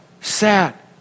sat